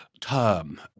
term